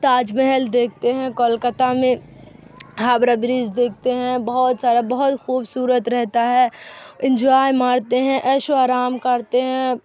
تاج محل دیکھتے ہیں کولکاتہ میں ہاوڑا برج دیکھتے ہیں بہت سارا بہت خوبصورت رہتا ہے انجوائے مارتے ہیں عیش و آرام کرتے ہیں